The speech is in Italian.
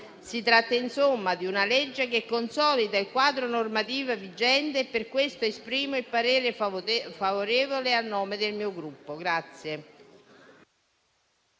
Si tratta insomma di una legge che consolida il quadro normativo vigente e per questo esprimo il parere favorevole al nome del mio Gruppo.